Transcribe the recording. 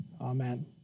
amen